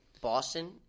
Boston